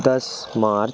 दस मार्च